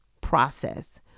process